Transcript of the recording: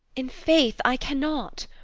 in faith, i cannot.